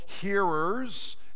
hearers